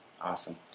Awesome